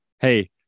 Hey